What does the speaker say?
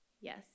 Yes